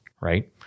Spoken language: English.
Right